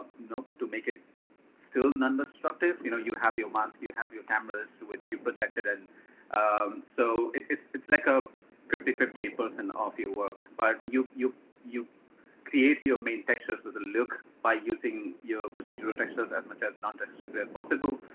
nope, to make it still non-destructive you know you have your mask you have your cameras, which you projected. and so, it's it's like a fifty, fifty percent of your work but you you create your main texture. so, the look by using your procedural textures as much as nondescript as possible.